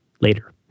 later